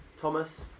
Thomas